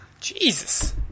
Jesus